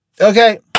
Okay